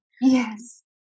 Yes